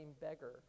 beggar